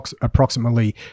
approximately